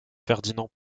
ferdinand